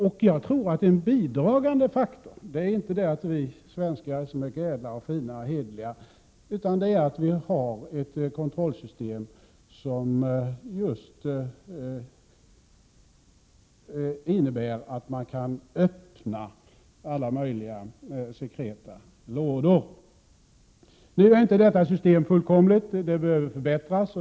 Det är inte så att vi svenskar är ädlare, hederligare och finare än andra, utan jag tror att en bidragande faktor är att vi har ett kontrollsystem som just innebär att man kan öppna alla möjliga sekreta lådor. Men detta system är inte fullkomligt — det behöver förbättras.